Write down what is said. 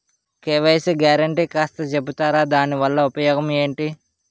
KYC guarantee కాస్త చెప్తారాదాని వల్ల ఉపయోగం ఎంటి?